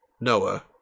Noah